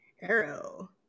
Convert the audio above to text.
Arrow